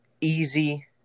Easy